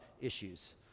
issues